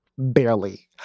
Barely